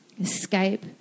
escape